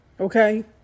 Okay